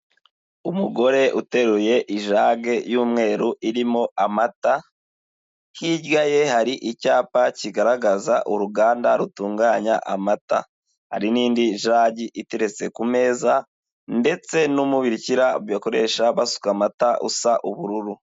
Umugore uteruye ijage y'umweru irimo amata, hirya ye hari icyapa kigaragaza uruganda rutunganya amata, hari n'indi jage iteretse ku meza, ndetse n'umubikira bakoresha basuka amata usa ubururu.